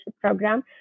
program